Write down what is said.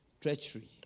treachery